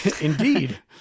Indeed